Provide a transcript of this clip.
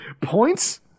Points